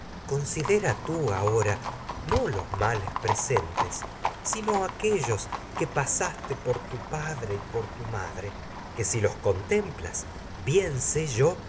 sino tú ahora por no los males y presentes aquellos si los que con pasaste tu padre por tu madre que templas el bien sé yo